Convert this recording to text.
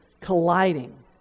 colliding